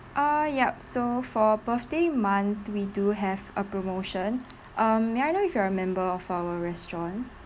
uh yup so for birthday month we do have a promotion um may I know if you are a member of our restaurant